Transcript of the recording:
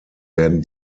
werden